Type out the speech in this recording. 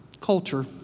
culture